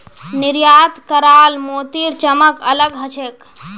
निर्यात कराल मोतीर चमक अलग ह छेक